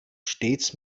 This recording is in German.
stets